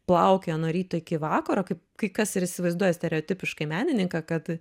plaukioja nuo ryto iki vakaro kaip kai kas ir įsivaizduoja stereotipiškai menininką kad